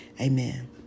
Amen